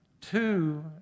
two